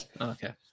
Okay